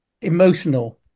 emotional